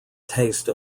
taste